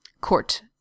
court